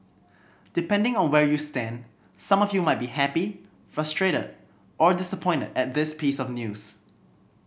depending on where you stand some of you might be happy frustrated or disappointed at this piece of news